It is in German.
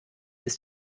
ist